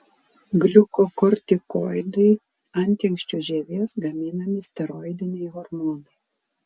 gliukokortikoidai antinksčių žievės gaminami steroidiniai hormonai